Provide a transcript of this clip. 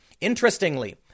Interestingly